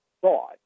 thought